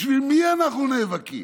בשביל מי אנחנו נאבקים?